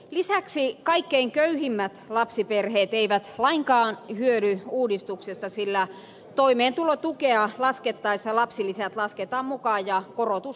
lisäksi kaikkein köyhimmät lapsiperheet eivät lainkaan hyödy uudistuksesta sillä toimeentulotukea laskettaessa lapsilisät lasketaan mukaan ja korotus leikkaantuu pois